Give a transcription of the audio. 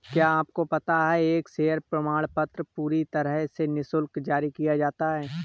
क्या आपको पता है एक शेयर प्रमाणपत्र पूरी तरह से निशुल्क जारी किया जाता है?